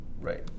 Right